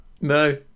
No